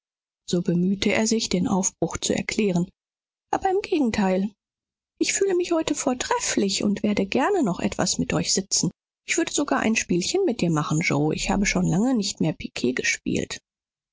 so bemühte er sich den aufbruch zu erklären aber im gegenteil ich fühle mich heute vortrefflich und werde gern noch etwas mit euch sitzen ich würde sogar ein spielchen mit dir machen yoe ich habe schon lange nicht mehr piquet gespielt